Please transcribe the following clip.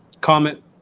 comment